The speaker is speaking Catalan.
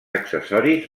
accessoris